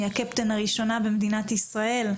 היא הקפטן הראשונה במדינת ישראל.